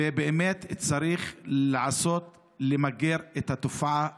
ובאמת צריך למגר את התופעה הזאת,